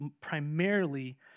primarily